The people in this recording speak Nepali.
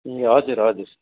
ए हजुर हजुर